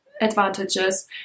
advantages